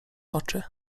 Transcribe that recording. oczy